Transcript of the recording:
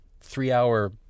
three-hour